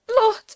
Lord